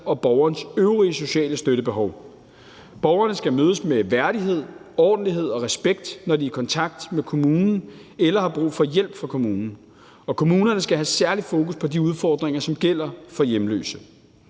så borgerens øvrige sociale støttebehov. Borgerne skal mødes med værdighed, ordentlighed og respekt, når de er i kontakt med kommunen eller har brug for hjælp fra kommunen. Og kommunerne skal have særligt fokus på de udfordringer, som gælder for hjemløse.